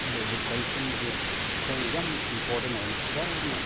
ꯑꯗꯨꯒ ꯏꯗꯨꯀꯦꯁꯟꯁꯤ ꯑꯩꯈꯣꯏꯅ ꯌꯥꯝ ꯏꯝꯄꯣꯔꯇꯦꯟ ꯑꯣꯏꯅ ꯐꯖꯅ